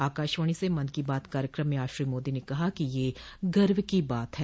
आकाशवाणी से मन की बात कार्यक्रम में आज श्री मोदी ने कहा कि यह गर्व की बात है